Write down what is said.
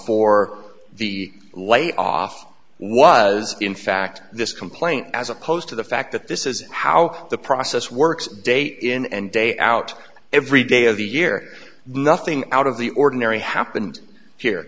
for the light off was in fact this complaint as opposed to the fact that this is how the process works day in and day out every day of the year nothing out of the ordinary happened here